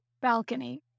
balcony